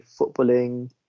footballing